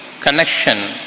connection